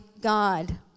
God